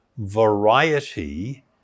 Variety